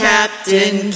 Captain